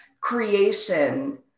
creation